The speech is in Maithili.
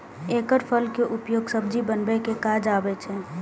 एकर फल के उपयोग सब्जी बनबै के काज आबै छै